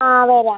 ആ വരാം